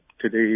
today